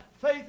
Faith